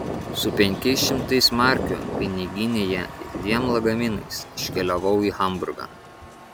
su penkiais šimtais markių piniginėje ir dviem lagaminais iškeliavau į hamburgą